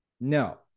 no